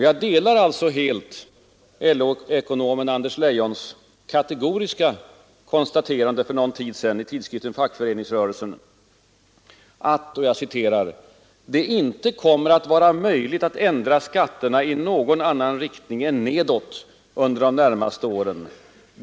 Jag delar alltså helt LO-ekonomen Anders Leijons kategoriska konstaterande för någon tid sedan i tidskriften Fackföreningsrörelsen, att ”det inte kommer att vara möjligt att ändra skatterna i någon annan riktning än nedåt under de närmaste åren.